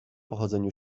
pochodzeniu